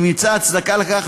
אם ימצא הצדקה לכך,